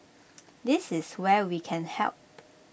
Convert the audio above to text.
this is where we can help